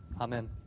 Amen